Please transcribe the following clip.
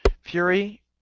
Fury